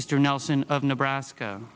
mr nelson of nebraska